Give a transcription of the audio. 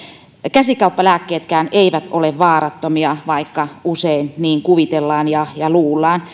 käsikauppalääkkeetkään eivät ole vaarattomia vaikka usein niin kuvitellaan ja ja luullaan